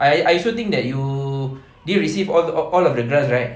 I I sure think that you did receive all all of the grants right